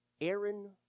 Aaron